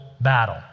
battle